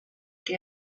que